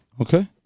Okay